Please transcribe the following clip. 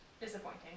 disappointing